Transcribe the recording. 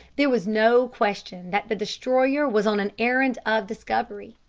there was no question that the destroyer was on an errand of discovery.